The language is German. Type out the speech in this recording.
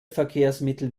verkehrsmittel